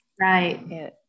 right